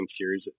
series